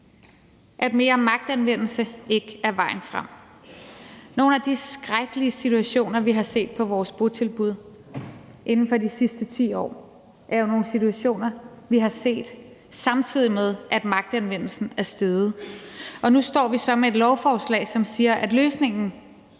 at mere magtanvendelse ikke er vejen frem. Nogle af de skrækkelige situationer, vi har set på vores botilbud inden for de sidste 10 år, er jo nogle situationer, vi har set, samtidig med at magtanvendelsen er steget. Nu står vi så med et lovforslag, hvor man siger, at løsningen